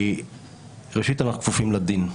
ראשית, אנחנו כפופים לדין.